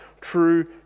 true